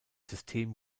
system